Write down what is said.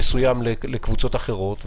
מסוים לקבוצות אחרות.